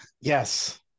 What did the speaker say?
Yes